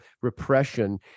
repression